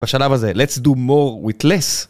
בשלב הזה let's do more with less